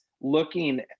looking